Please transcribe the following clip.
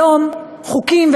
היום חוקים,